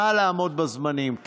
נא לעמוד בזמנים.